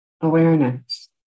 awareness